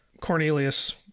cornelius